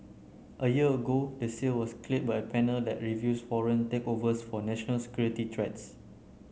a year ago the sale was cleared by a panel that reviews foreign takeovers for national security threats